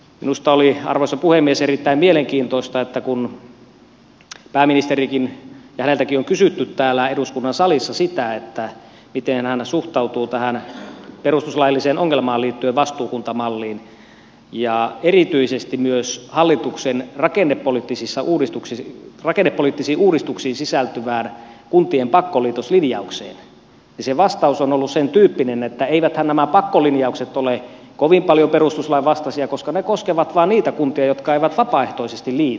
minusta oli arvoisa puhemies erittäin mielenkiintoista että kun pääministeriltäkin on kysytty täällä eduskunnan salissa sitä miten hän suhtautuu tähän perustuslailliseen ongelmaan liittyen vastuukuntamalliin ja erityisesti myös hallituksen rakennepoliittisiin uudistuksiin sisältyvään kuntien pakkoliitoslinjaukseen niin se vastaus on ollut sen tyyppinen että eiväthän nämä pakkolinjaukset ole kovin paljon perustuslain vastaisia koska ne koskevat vain niitä kuntia jotka eivät vapaaehtoisesti liity